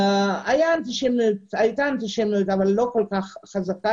אצלנו הייתה אנטישמיות אבל לא כל כך חזקה.